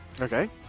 okay